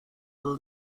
will